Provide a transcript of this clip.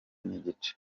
n’igice